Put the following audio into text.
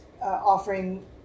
offering